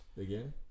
again